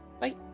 bye